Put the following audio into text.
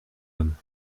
homme